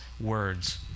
words